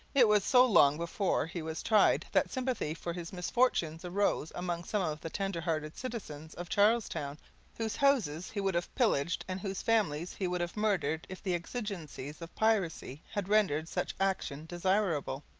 it was so long before he was tried that sympathy for his misfortunes arose among some of the tender-hearted citizens of charles town whose houses he would have pillaged and whose families he would have murdered if the exigencies of piracy had rendered such action desirable.